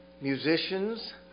musicians